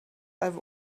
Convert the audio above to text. i’ve